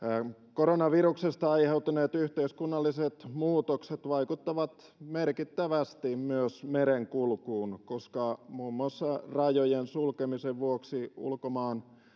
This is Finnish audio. koronaviruksesta aiheutuneet yhteiskunnalliset muutokset vaikuttavat merkittävästi myös merenkulkuun koska muun muassa rajojen sulkemisen vuoksi ulkomaan